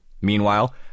Meanwhile